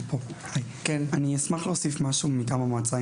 אני אשמח להוסיף משהו מטעם המועצה.